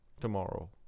tomorrow